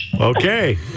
Okay